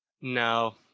No